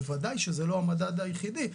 בוודאי שזה לא המדד היחידי.